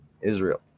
Israel